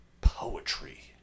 poetry